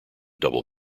double